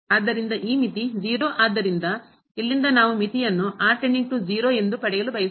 ಆದ್ದರಿಂದ ಈ ಮಿತಿ 0 ಆದ್ದರಿಂದ ಇಲ್ಲಿಂದ ನಾವು ಮಿತಿಯನ್ನು ಎಂದು ಪಡೆಯಲು ಬಯಸುತ್ತೇವೆ